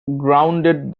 grounded